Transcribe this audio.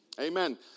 Amen